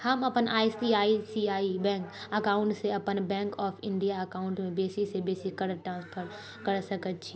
हम अपन I C I C I bank अकाउंटसँ अपन बैंक ऑफ इंडिया अकाउंटमे बेसी सँ बेसी कतेक ट्रांस्फर कऽ सकैत छियैक